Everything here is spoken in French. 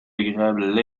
agréable